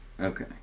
Okay